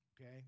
okay